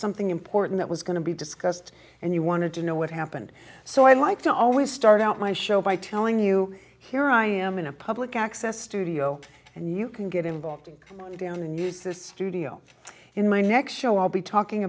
something important that was going to be discussed and you wanted to know what happened so i like to always start out my show by telling you here i am in a public access studio and you can get involved down and use this studio in my next show i'll be talking